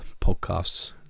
podcasts